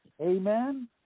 Amen